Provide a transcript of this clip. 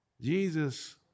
Jesus